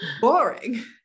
boring